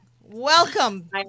Welcome